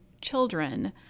children